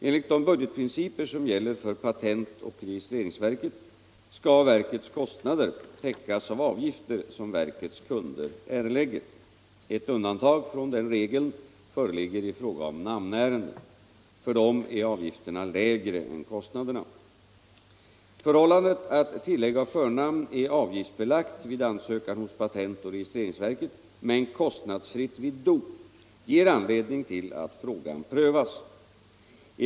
Enligt de budgetprinciper som gäller för patent och registreringsverket skall verkets kostnader täckas av avgifter som verkets kunder erlägger. Ett undantag från denna regel föreligger i fråga om namnärenden. För dessa är avgifterna lägre än kostnaderna. Förhållandet att tillägg av förnamn är avgiftsbelagt vid ansökan hos patent och registreringsverket men kostnadsfritt vid dop ger anledning till att frågan prövas.